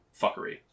fuckery